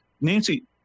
Nancy